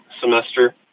semester